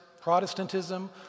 Protestantism